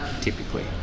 Typically